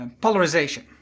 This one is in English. polarization